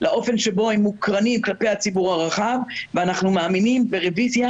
לאופן בו הם מוקרנים כלפי הציבור הרחב ואנחנו מאמינים ברביזיה